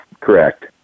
Correct